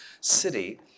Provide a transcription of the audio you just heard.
city